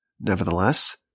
Nevertheless